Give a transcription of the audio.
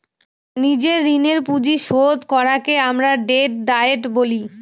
নিজের ঋণের পুঁজি শোধ করাকে আমরা ডেট ডায়েট বলি